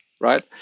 Right